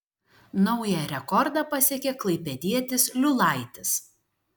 naują rekordą pasiekė klaipėdietis liulaitis